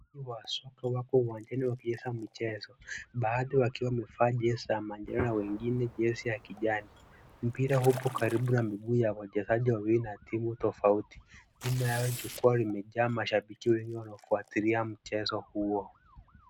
Wachezaji wa soka wako uwanjani wakicheza mchezo baadhi wakiwa wamevaa jezi ya manjano na wengine jezi ya kijani. Mpira upo karibu na mguu ya wachezaji wawili wa timu tofauti. Nyuma ya jukwaa imejaa mashabiki wengi wanaofuatilia mchezo huo.